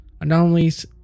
anomalies